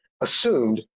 assumed